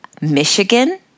Michigan